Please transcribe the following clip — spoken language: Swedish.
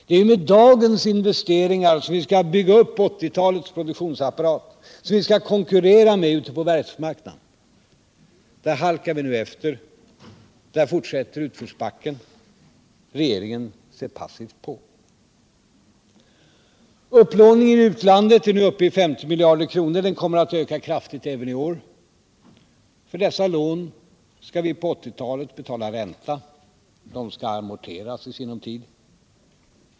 Det är ju med dagens investeringar som vi skall bygga upp 1980 talets produktionsapparat, med dem som vi skall konkurrera ute på världsmarknaden. Där halkar vi nu efter, där fortsätter utförsbacken — regeringen ser passivt på. Upplåningen i utlandet är nu uppe i 50 miljarder kronor. Den kommer att öka kraftigt även i år. För dessa lån skall vi på 1980-talet betala ränta, och de skall amorteras i sinom tid.